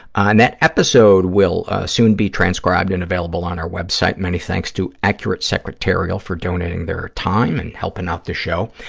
and that episode will soon be transcribed and available on our web site. many thanks to accurate secretarial for donating their time and helping out the show.